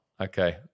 Okay